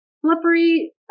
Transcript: Slippery